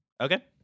Okay